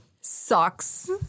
sucks